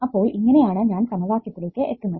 അപ്പോൾ ഇങ്ങനെ ആണ് ഞാൻ സമവാക്യത്തിലേക്ക് എത്തുന്നത്